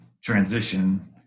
transition